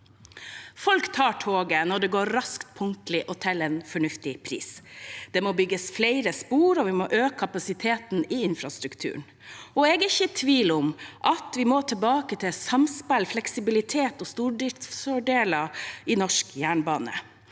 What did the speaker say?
Folk tar toget når det går raskt, punktlig og til en fornuftig pris. Det må bygges flere spor, og vi må øke kapasiteten i infrastrukturen. Jeg er ikke i tvil om at vi må tilbake til samspill, fleksibilitet og stordriftsfordeler i norsk jernbane.